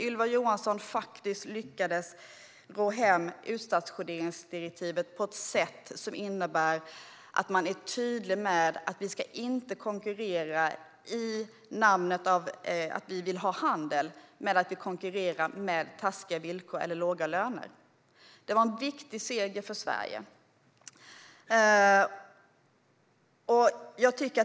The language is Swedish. Ylva Johansson lyckades faktiskt att ro hem utstationeringsdirektivet på ett sätt som innebär att man är tydlig med att vi inte ska konkurrera med taskiga villkor eller låga löner i sken av att vi vill ha handel. Det var en viktig seger för Sverige.